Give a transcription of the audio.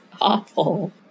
awful